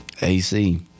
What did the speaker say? AC